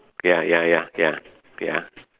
ya ya ya ya ya